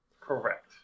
Correct